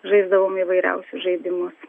žaisdavom įvairiausius žaidimus